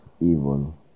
evil